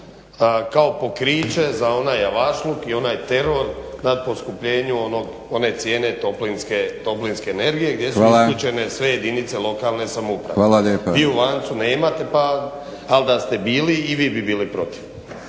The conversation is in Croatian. kao pokriće za onaj avašluk i onaj teror nad poskupljenju one cijene toplinske energije gdje su isključene sve jedinice lokalne samouprave. Vi u lancu nemate, ali da ste bili i vi bi bili protiv.